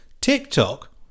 TikTok